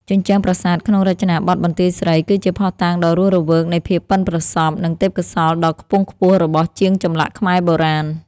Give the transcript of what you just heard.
ជញ្ជាំងប្រាសាទក្នុងរចនាបថបន្ទាយស្រី គឺជាភស្តុតាងដ៏រស់រវើកនៃភាពប៉ិនប្រសប់ និងទេពកោសល្យដ៏ខ្ពង់ខ្ពស់របស់ជាងចម្លាក់ខ្មែរបុរាណ។